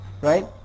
Right